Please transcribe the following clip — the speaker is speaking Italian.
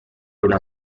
una